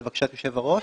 לבקשת יושב הראש.